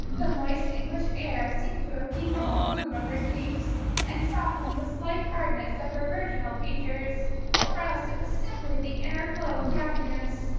the moist english air seemed to have deepened the bloom of her cheeks and softened the slight hardness of her virginal features or else it was simply the inner glow of happiness,